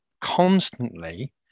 constantly